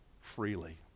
Freely